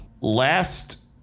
last